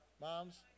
Moms